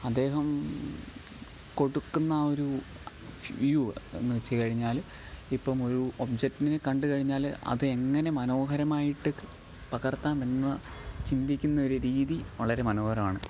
അദ്ദേഹം കൊടുക്കുന്ന ആഒരു വ്യൂ എന്നുവച്ചുകഴിഞ്ഞാൽ ഇപ്പം ഒരു ഒബ്ജക്റ്റിനെ കണ്ട് കഴിഞ്ഞാല് അത് എങ്ങനെ മനോഹരമായിട്ട് പകർത്താമെന്ന് ചിന്തിക്കുന്നൊരു രീതി വളരെ മനോഹരമാണ്